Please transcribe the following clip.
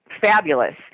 fabulous